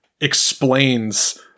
explains